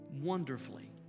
wonderfully